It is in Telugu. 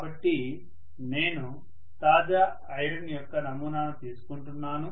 కాబట్టి నేను తాజా ఐరన్ యొక్క నమూనాను తీసుకుంటున్నాను